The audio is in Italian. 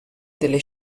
delle